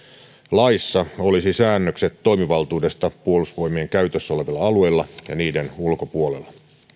laissa olisi säännökset toimivaltuudesta puolustusvoimien käytössä olevilla alueilla ja niiden ulkopuolella